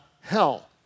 hell